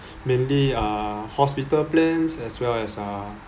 mainly uh hospital plans as well as ah